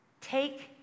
Take